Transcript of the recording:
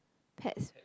pets